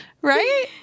right